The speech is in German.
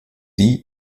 sie